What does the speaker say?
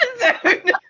episode